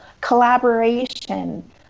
collaboration